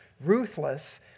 ruthless